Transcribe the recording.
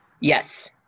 Yes